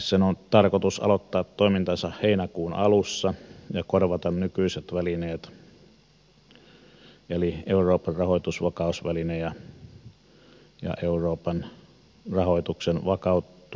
evmn on tarkoitus aloittaa toimintansa heinäkuun alussa ja korvata nykyiset välineet eli euroopan rahoitusvakausväline ja euroopan ra hoituksenvakautusmekanismi